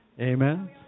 Amen